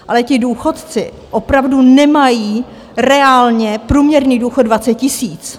Ale ti důchodci opravdu nemají reálně průměrný důchod 20 000.